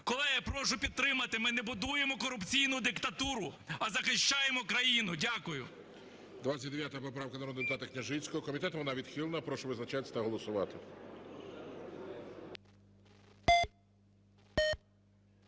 Колеги, прошу підтримати. Ми не будуємо корупційну диктатуру, а захищаємо країну. Дякую. ГОЛОВУЮЧИЙ. 29 поправка народного депутата Княжицького. Комітетом вона відхилена. Прошу визначатися та голосувати.